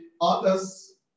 others